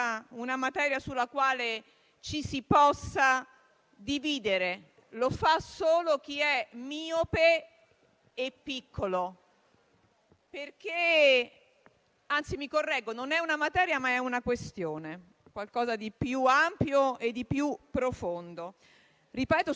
piccolo. Anzi mi correggo: non è una materia, ma è una questione, qualcosa di più ampio e di più profondo, sulla quale - ripeto - non ci si può e non ci si deve dividere, a meno che non si abbia una visione miope e piccola della stessa questione.